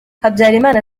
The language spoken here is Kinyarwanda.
habyarimana